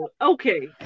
okay